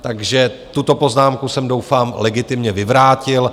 Takže tuto poznámku jsem, doufám, legitimně vyvrátil.